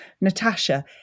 Natasha